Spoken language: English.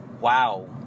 Wow